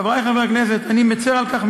חברי חברי הכנסת, אני מצר מאוד